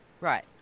Right